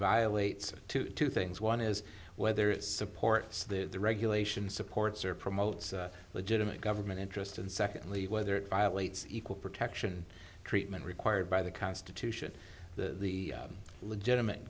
violates two things one is whether it's supports the regulation supports or promotes legitimate government interest and secondly whether it violates equal protection treatment required by the constitution the legitimate